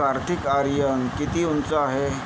कार्तिक आर्यन किती उंच आहे